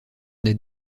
des